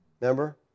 Remember